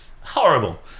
horrible